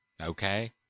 Okay